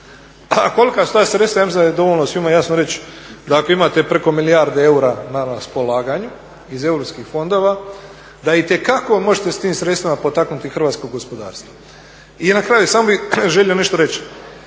Kolika su ta sredstva, ja mislim da je dovoljno svima jasno reći da ako imate preko milijarde eura na raspolaganju iz Europskih fondova, da itekako možete s tim sredstvima potaknuti hrvatsko gospodarstvo. I na kraju samo bih želio nešto reći,